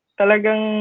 talagang